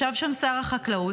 ישב שם שר החקלאות,